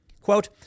Quote